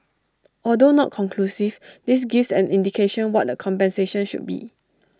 although not conclusive this gives an indication what the compensation should be